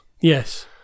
Yes